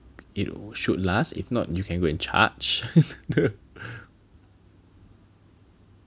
it should last if not you can go and charge